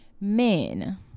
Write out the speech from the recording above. men